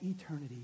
eternity